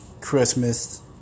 Christmas